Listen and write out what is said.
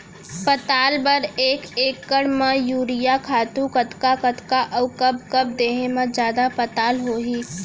पताल बर एक एकड़ म यूरिया खातू कतका कतका अऊ कब कब देहे म जादा पताल होही?